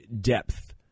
depth